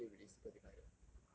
like really really super divided